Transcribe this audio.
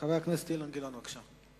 חבר הכנסת אילן גילאון, בבקשה.